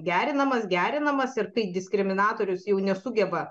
gerinamas gerinamas ir kai diskriminatorius jau nesugeba